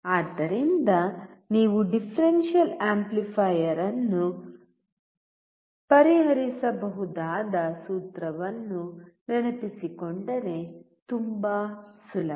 ಆದ್ದರಿಂದ ನೀವು differential amplifier ಅನ್ನು ಪರಿಹರಿಸಬಹುದಾದ ಸೂತ್ರವನ್ನು ನೆನಪಿಸಿಕೊಂಡರೆ ತುಂಬಾ ಸುಲಭ